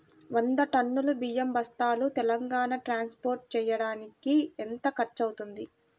వంద టన్నులు బియ్యం బస్తాలు తెలంగాణ ట్రాస్పోర్ట్ చేయటానికి కి ఎంత ఖర్చు అవుతుంది?